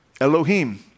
Elohim